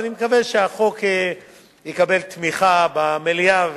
אני מקווה שהחוק יקבל תמיכה במליאה,